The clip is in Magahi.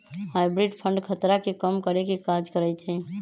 हाइब्रिड फंड खतरा के कम करेके काज करइ छइ